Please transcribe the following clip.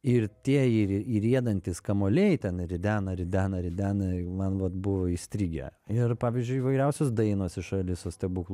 ir tie įriedantys kamuoliai ten ridena ridena ridena man vat buvo įstrigę ir pavyzdžiui įvairiausios dainos iš alisa stebuklų